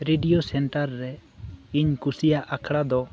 radio centre ᱨᱮ ᱤᱧ ᱠᱩᱥᱤᱭᱟᱜ ᱟᱠᱷᱲᱟ ᱫᱚ